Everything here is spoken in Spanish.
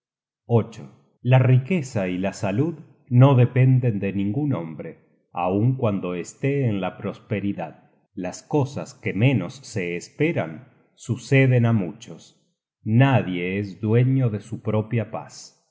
omnipotente la riqueza y la salud no dependen de ningun hombre aun cuando esté en la prosperidad las cosas que menos se esperan suceden á muchos nadie es dueño de su propia paz